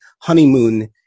honeymoon